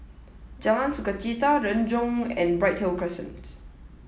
Jalan Sukachita Renjong and Bright Hill Crescent